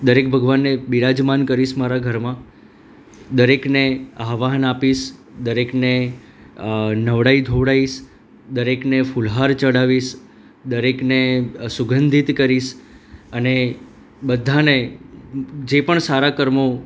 દરેક ભગવાનને બિરાજમાન કરીસ મારા ઘરમાં દરેકને આહ્વાન આપીશ દરેકને નવડાવી ધોવડાઈશ દરેકને ફુલહાર ચડાવીશ દરેકને સુગંધીત કરીશ અને બધાને જે પણ સારા કર્મો